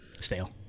stale